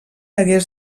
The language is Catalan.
hagués